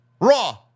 Raw